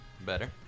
Better